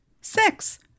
Six